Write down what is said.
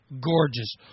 gorgeous